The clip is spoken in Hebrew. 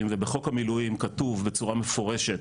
ובחוק המילואים כתוב בצורה מפורשת